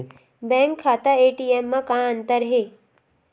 Bank खाता ATM मा का अंतर हे?